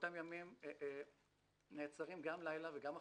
באותם ימים נעצרות גם לילה וגם אחותה.